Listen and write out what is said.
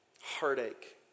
heartache